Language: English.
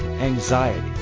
anxiety